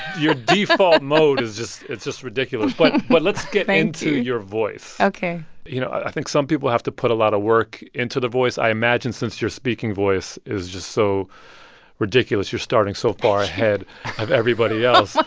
your default mode is just it's just ridiculous thank you but but let's get into your voice ok you know, i think some people have to put a lot of work into the voice. i imagine since your speaking voice is just so ridiculous, you're starting so far ahead of everybody else